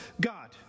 God